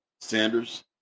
Sanders